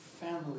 family